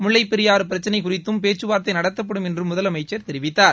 முல்லைப் பெரியாறு பிரச்சினை குறித்தும் பேச்சுவார்த்தை நடத்தப்படும் என்றும் முதலமைச்சர் தெரிவித்தார்